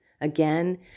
Again